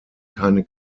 keine